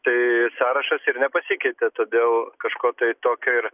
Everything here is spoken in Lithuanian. tai sąrašas ir nepasikeitė todėl kažko tai tokio ir